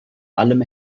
allem